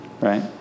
right